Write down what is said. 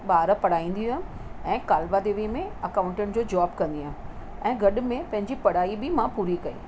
ॿार पढ़ाईंदी हुअसि ऐं कालवा देवी में अकाउटंट जो जॉब कंदी हुअसि ऐं गॾ में पंहिंजी पढ़ाई बि मां पूरी कई